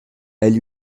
elle